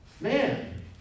Man